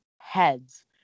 heads